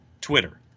Twitter